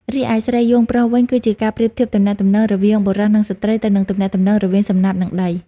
រីឯ ស្រីយោងប្រុស វិញ គឺជាការប្រៀបធៀបទំនាក់ទំនងរវាងបុរសនិងស្ត្រី ទៅនឹងទំនាក់ទំនងរវាងសំណាបនិងដី។